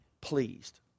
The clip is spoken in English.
pleased